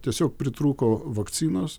tiesiog pritrūko vakcinos